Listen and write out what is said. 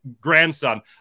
grandson